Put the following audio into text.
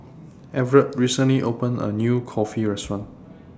Evertt recently opened A New Kulfi Restaurant